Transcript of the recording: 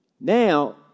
Now